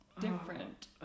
different